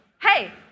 hey